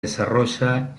desarrolla